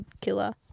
killer